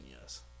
yes